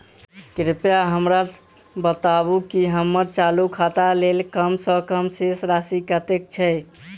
कृपया हमरा बताबू की हम्मर चालू खाता लेल कम सँ कम शेष राशि कतेक छै?